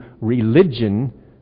religion